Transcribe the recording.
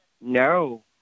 No